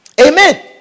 amen